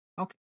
Okay